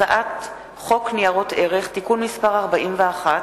הצעת חוק ניירות ערך (תיקון מס' 41),